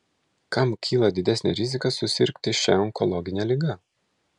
kam kyla didesnė rizika susirgti šia onkologine liga